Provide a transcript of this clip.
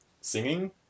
singing